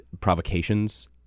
provocations